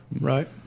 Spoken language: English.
Right